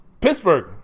Pittsburgh